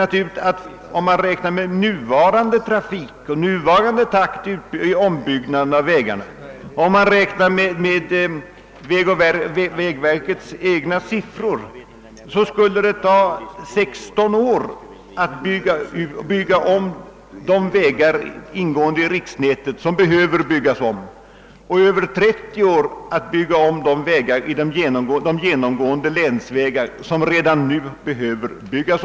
Han sade att om man räknar med nuvarande trafik och nuvarande takt i ombyggnaden av våra vägar, så skulle det med vägverkets egna siffror ta 16 år att bygga om de vägar i riksnätet som behöver byggas om. Och det skulle ta över 30 år att bygga om de genomgående länsvägar som nu behöver ombyggas.